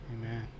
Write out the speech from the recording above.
Amen